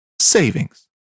savings